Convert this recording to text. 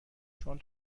چون